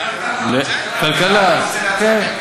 לכלכלה, כן.